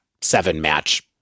seven-match